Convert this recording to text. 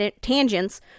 tangents